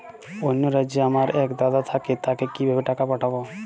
অন্য রাজ্যে আমার এক দাদা থাকে তাকে কিভাবে টাকা পাঠাবো?